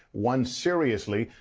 one seriously.